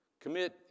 Commit